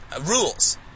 rules